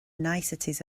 niceties